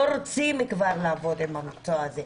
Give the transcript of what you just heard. לא רוצים לעבוד במקצוע הזה.